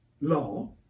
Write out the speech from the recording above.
law